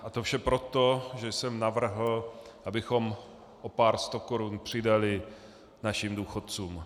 A to vše proto, že jsem navrhl, abychom o pár stokorun přidali našim důchodcům.